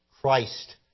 Christ